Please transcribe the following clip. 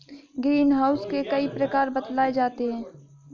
green house के कई प्रकार बतलाए जाते हैं